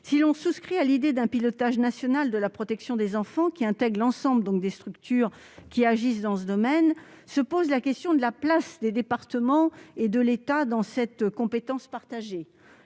Si l'on souscrit à l'idée d'un pilotage national de la protection des enfants qui intègre l'ensemble des structures qui agissent dans ce domaine, se pose la question de la place des départements et de l'État dans cette compétence partagée.